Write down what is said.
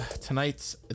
tonight's